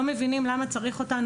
אנחנו לא מבינים למה צריך אותנו.